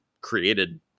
created